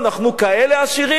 אנחנו כאלה עשירים.